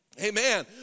amen